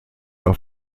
auf